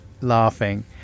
laughing